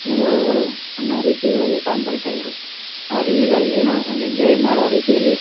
ಅನುಭವಗಳು ಅನ್ನೋ ರೀತಿಗಳಲ್ಲಿ ಸಾಂಗ್ ಬರಿತಾ ಇದ್ರು ಆದರೆ ಈಗ ಏನೋ ಒಂದು ಎಂಜಾಯ್ ಮಾಡೊ ರೀತಿಯಲ್ಲಿ